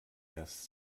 erst